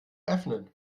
öffnen